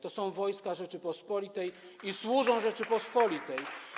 To są wojska Rzeczypospolitej i służą Rzeczypospolitej.